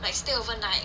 like stay overnight